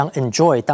enjoy